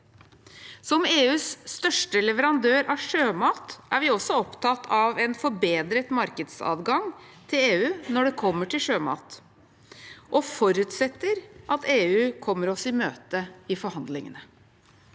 Som EUs største leverandør av sjømat er vi også opptatt av en forbedret markedsadgang til EU når det gjelder sjømat, og forutsetter at EU kommer oss i møte i forhandlingene.